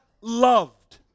loved